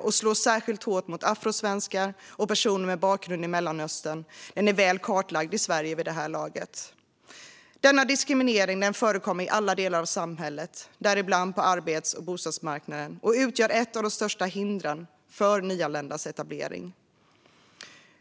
och som slår särskilt hårt mot afrosvenskar och personer med bakgrund i Mellanöstern, är väl kartlagd i Sverige vid det här laget. Denna diskriminering förekommer i alla delar av samhället, däribland på arbets och bostadsmarknaden, och utgör ett av de största hindren för nyanländas etablering.